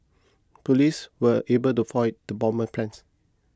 police were able to foil the bomber's plans